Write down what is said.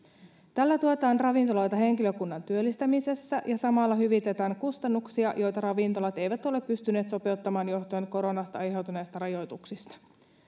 tällä tuetaan ravintoloita henkilökunnan työllistämisessä ja samalla hyvitetään kustannuksia joita ravintolat eivät ole pystyneet sopeuttamaan johtuen koronasta aiheutuneista rajoituksista